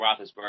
Roethlisberger